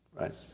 Right